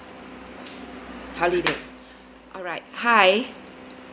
holiday alright hi